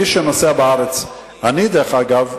דרך אגב,